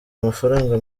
amafaranga